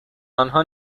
انها